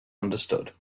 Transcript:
understood